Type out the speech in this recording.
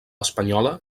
espanyola